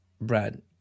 Brad